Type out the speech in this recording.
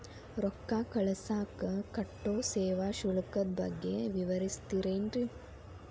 ರೊಕ್ಕ ಕಳಸಾಕ್ ಕಟ್ಟೋ ಸೇವಾ ಶುಲ್ಕದ ಬಗ್ಗೆ ವಿವರಿಸ್ತಿರೇನ್ರಿ?